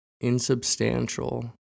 insubstantial